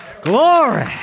Glory